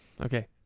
Okay